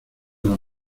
los